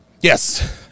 Yes